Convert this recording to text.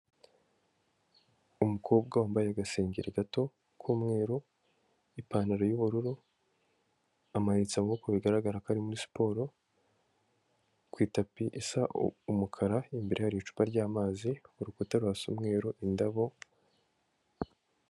Umukobwa wambaye agasengeri gato k'umweru, ipantaro y'ubururu, amanitse amaboko bigaragara ko ari muri siporo, ku itapi isa umukara, imbere hari icupa ry'amazi, urukuta rusa umweru, indabo...